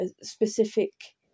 specific